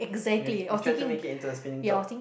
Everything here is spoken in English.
we try to make into a spinning top